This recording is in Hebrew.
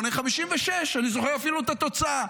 58:56. אני זוכר אפילו את התוצאה.